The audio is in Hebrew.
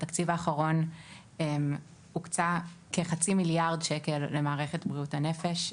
בתקציב האחרון הוקצו כחצי מיליארד שקל למערכת בריאות הנפש,